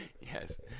Yes